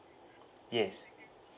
yes